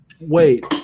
Wait